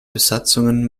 besatzungen